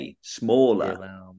Smaller